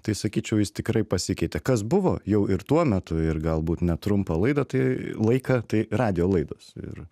tai sakyčiau jis tikrai pasikeitė kas buvo jau ir tuo metu ir galbūt net trumpą laidą tai laiką tai radijo laidos ir